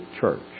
Church